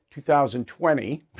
2020